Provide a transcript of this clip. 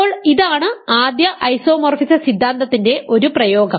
അപ്പോൾ ഇതാണ് ആദ്യ ഐസോമോർഫിസ സിദ്ധാന്തത്തിൻറെ ഒരു പ്രയോഗം